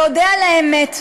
אודה על האמת,